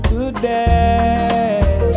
Today